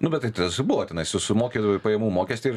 nu bet tai tas buvo tenais s sumoki pajamų mokestį ir